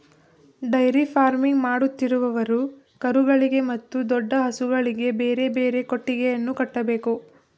dairy farming ಮಾಡುತ್ತಿರುವವರು ಕರುಗಳಿಗೆ ಮತ್ತು ದೊಡ್ಡ ಹಸುಗಳಿಗೆ ಬೇರೆ ಬೇರೆ ಕೊಟ್ಟಿಗೆಯನ್ನು ಕಟ್ಟಬೇಕು